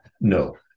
no